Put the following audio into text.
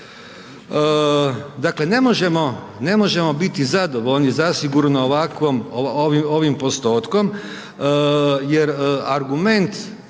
Dakle, ne možemo biti zadovoljni zasigurno ovim postotkom jer argument